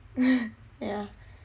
yah